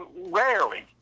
rarely